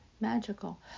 magical